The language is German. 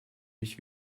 mich